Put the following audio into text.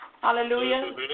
Hallelujah